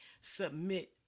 Submit